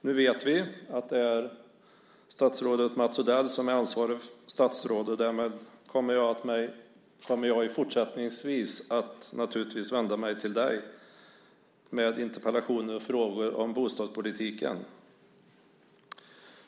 Nu vet vi att det är statsrådet Mats Odell som är ansvarigt statsråd, och därmed kommer jag fortsättningsvis naturligtvis att vända mig till dig med interpellationer och frågor om bostadspolitiken.